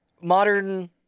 modern